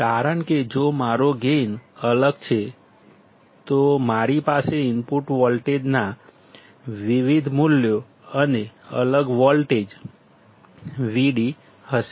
કારણ કે જો મારો ગેઇન અલગ છે તો મારી પાસે ઇનપુટ વોલ્ટેજના વિવિધ મૂલ્યો અને અલગ વોલ્ટેજ Vd હશે